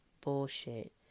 bullshit